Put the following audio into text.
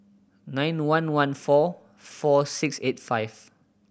nine one one four four six eight five